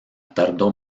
tardó